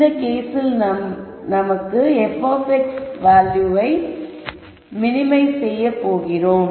இந்த கேஸில் நாம் f வேல்யூவை மினிமைஸ் செய்ய போகிறோம்